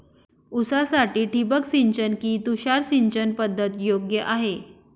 ऊसासाठी ठिबक सिंचन कि तुषार सिंचन पद्धत योग्य आहे?